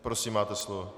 Prosím, máte slovo.